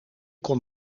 kon